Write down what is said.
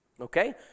Okay